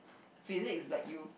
physique like you